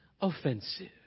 offensive